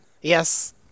Yes